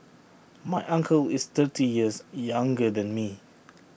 my uncle is thirty years younger than me